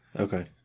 Okay